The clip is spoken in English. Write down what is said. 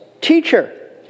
teacher